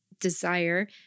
desire